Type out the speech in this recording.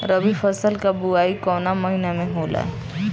रबी फसल क बुवाई कवना महीना में होला?